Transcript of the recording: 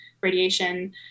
radiation